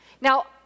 Now